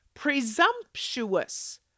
presumptuous